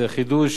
זה חידוש